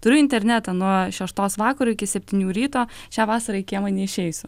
turiu internetą nuo šeštos vakaro iki septynių ryto šią vasarą į kiemą neišeisiu